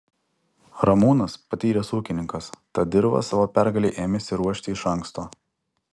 ramūnas patyręs ūkininkas tad dirvą savo pergalei ėmėsi ruošti iš anksto